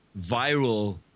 viral